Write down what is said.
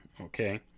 okay